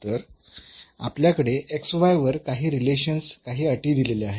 तर आपल्याकडे वर काही रिलेशन्स काही अटी दिलेल्या आहेत